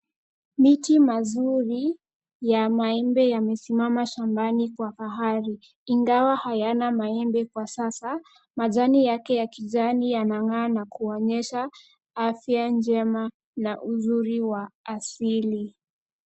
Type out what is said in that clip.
Miti mazuri ya maembe yamesimama shambani kwa ari ingawa hayana maembe kwa sasa, majani yake ya kijani yanangaa na kuonyesha afya njema na uzuri wa asili.